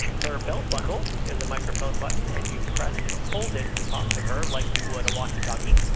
her belt buckle is a microphone button and you press and hold it to talk to her like you would a walkie-talkie.